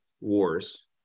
wars